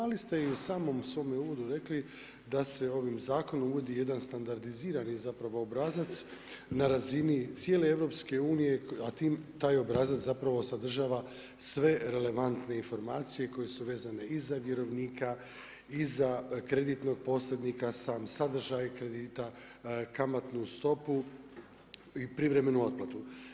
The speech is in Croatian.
Ali ste i samom svome uvodu rekli, da se ovim zakonom vodi jedan standardizirani i zapravo obrazac na razini cijele EU, a taj obrazac zapravo sadržava sve relevantne informacije koje su vezane i za vjerovnika i za kreditnog posrednika, sam sadržaj kredita, kamatnu stopu i privremenu otplatu.